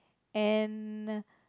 and